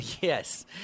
Yes